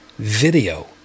Video